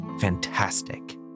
fantastic